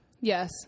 Yes